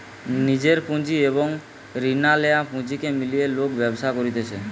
নিজের পুঁজি এবং রিনা লেয়া পুঁজিকে মিলিয়ে লোক ব্যবসা করতিছে